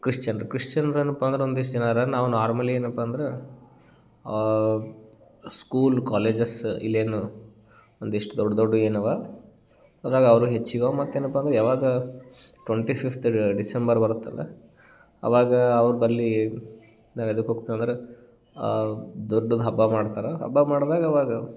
ಕ್ರಿಶ್ಚನರು ಕ್ರಿಶ್ಚನರು ಏನಪ್ಪ ಅಂದ್ರೆ ಒಂದಿಷ್ಟು ಜನ ಅರ ನಾವು ನಾರ್ಮಲಿ ಏನಪ್ಪ ಅಂದ್ರೆ ಸ್ಕೂಲು ಕಾಲೇಜಸ್ಸ ಇಲ್ಲಿ ಏನು ಒಂದಿಷ್ಟು ದೊಡ್ಡ ದೊಡ್ಡು ಏನವ ಅದ್ರಾಗ ಅವರು ಹೆಚ್ಚಿಗ ಮತ್ತು ಏನಪ್ಪ ಅಂದ್ರೆ ಯಾವಾಗ ಟ್ವೆಂಟಿ ಫಿಫ್ತ್ ಡಿಸೆಂಬರ್ ಬರುತ್ತಲ್ಲ ಅವಾಗ ಅವ್ರ ಬಳಿ ನಾವು ಎದುಕ್ಕ ಹೋಗ್ತೀವಿ ಅಂದ್ರೆ ದೊಡ್ಡುದ ಹಬ್ಬ ಮಾಡ್ತಾರೆ ಹಬ್ಬ ಮಾಡ್ದಾಗ ಅವಾಗ